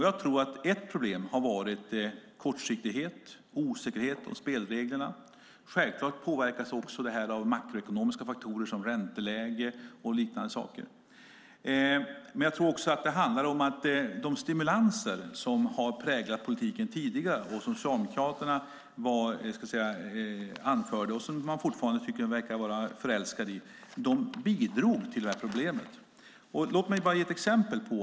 Jag tror att ett problem har varit kortsiktighet och osäkerhet om spelreglerna. Självklart påverkas det här av makroekonomiska faktorer som ränteläge och liknande saker. Men jag tror också att det handlar om att de stimulanser som har präglat politiken tidigare, som Socialdemokraterna anförde och fortfarande verkar vara förälskade i, bidrog till problemet. Låt mig bara ge ett exempel.